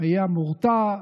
היה מורתע.